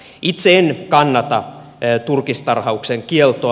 itse en kannata turkistarhauksen kieltoa